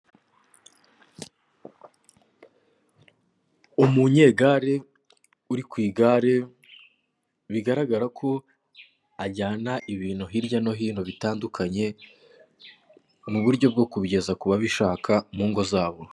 Umunyegare uri ku igare, bigaragara ko ajyana ibintu hirya no hino bitandukanye, mu buryo bwo kubigeza kubabishaka mu ngo zabo.